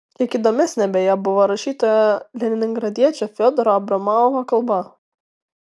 kiek įdomesnė beje buvo rašytojo leningradiečio fiodoro abramovo kalba